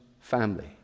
family